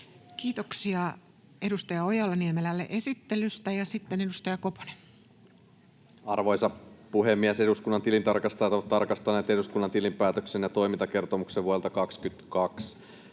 Kiitoksia edustaja Ojala-Niemelälle esittelystä. — Ja sitten edustaja Koponen. Arvoisa puhemies! Eduskunnan tilintarkastajat ovat tarkastaneet eduskunnan tilinpäätöksen ja toimintakertomuksen vuodelta 22.